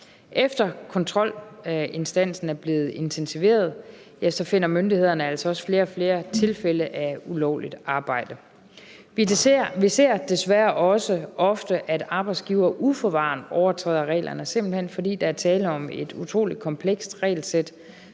Efter at kontrolindsatsen er blevet intensiveret, finder myndighederne altså også flere og flere tilfælde af ulovligt arbejde. Vi ser desværre også ofte, at arbejdsgivere uforvarende overtræder reglerne, simpelt hen fordi der er tale om et utrolig komplekst regelsæt,